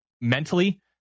mentally